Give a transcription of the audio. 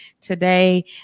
today